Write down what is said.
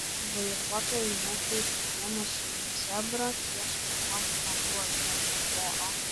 vairuotojai nekreipė dėmesio į zebrą ties kuriuo nebuvo šviesoforo